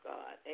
God